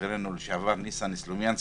חברנו לשעבר ניסן סלומינסקי,